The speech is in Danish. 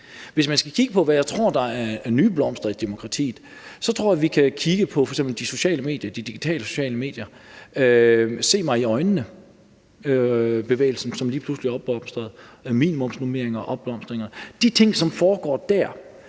Hvis man skal kigge på, hvad jeg tror der er nye blomster i demokratiet, så kan vi kigge på de digitale sociale medier: se mig i øjnene-bevægelsen, som lige pludselig er blomstret op, sagen om minimumsnormeringer, som er blomstret op. De ting, som foregår der,